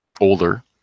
older